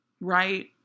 right